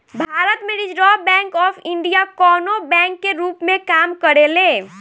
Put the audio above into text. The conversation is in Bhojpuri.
भारत में रिजर्व बैंक ऑफ इंडिया कवनो बैंक के रूप में काम करेले